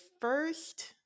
first